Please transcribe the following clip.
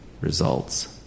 results